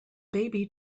baby